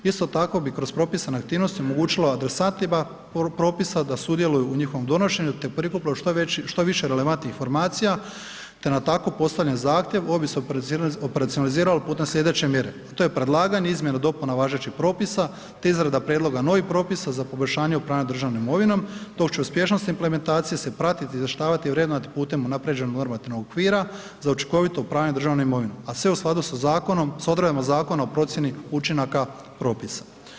Isto tako bi kroz propisane aktivnosti omogućilo adresatima propisa da sudjeluju u njihovom donošenju te prikupe što više relevantnih informacijama te na tako postavljen zahtjev ovo bi se operacionaliziralo putem sljedeće mjere a to je predlaganje izmjene i dopuna važećeg propisa te izrada prijedloga novih propisa za poboljšanje upravljanja državnom imovinom dok će uspješnog implementacije se pratiti, izvještavati i vrednovati putem unaprjeđenog normativnog okvira za učinkovito upravljanje državnom imovinom a sve u skladu sa zakonom, sa odredbama Zakona o procjeni učinaka propisa.